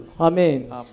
Amen